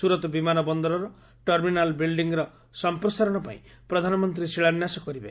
ସୁରତ୍ ବିମାନ ବନ୍ଦରର ଟର୍ମିନାଲ୍ ବିଲ୍ଡିଙ୍ଗ୍ର ସମ୍ପ୍ରସାରଣ ପାଇଁ ପ୍ରଧାନମନ୍ତ୍ରୀ ଶିଳାନ୍ୟାାସ କରିବେ